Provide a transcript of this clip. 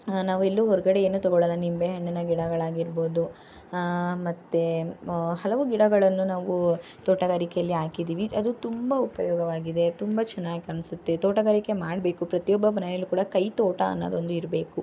ನಾವೆಲ್ಲೂ ಹೊರಗಡೆ ಏನೂ ತೊಗೊಳಲ್ಲ ನಿಂಬೆ ಹಣ್ಣಿನ ಗಿಡಗಳಾಗಿರ್ಬೋದು ಮತ್ತು ಹಲವು ಗಿಡಗಳನ್ನು ನಾವು ತೋಟಗಾರಿಕೆಯಲ್ಲಿ ಹಾಕಿದೀವಿ ಅದು ತುಂಬ ಉಪಯೋಗವಾಗಿದೆ ತುಂಬ ಚೆನ್ನಾಗಿ ಕಾಣಿಸುತ್ತೆ ತೋಟಗಾರಿಕೆ ಮಾಡಬೇಕು ಪ್ರತಿಯೊಬ್ಬರ ಮನೆಯಲ್ಲೂ ಕೂಡ ಕೈತೋಟ ಅನ್ನೋದೊಂದು ಇರಬೇಕು